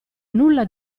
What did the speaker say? nulla